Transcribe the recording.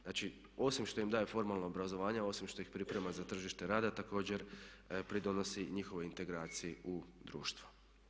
Znači, osim što im daje formalno obrazovanje, osim što ih priprema za tržište rada također pridonosi njihovoj integraciji u društvo.